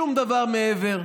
שום דבר מעבר,